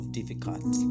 difficult